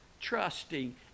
trusting